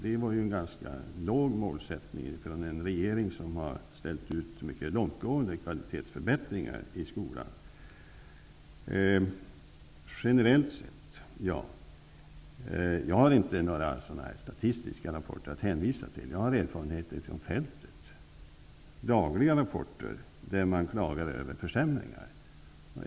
Det är en ganska låg målsättning från en regering som har ställt ut mycket långtgående kvalitetsförbättringar i skolan. Jag har inte några statistiska rapporter att hänvisa till. Jag har erfarenheter från fältet, och jag får dagliga rapporter där man klagar över försämringar.